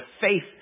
faith